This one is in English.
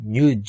New